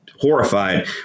horrified